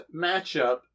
matchup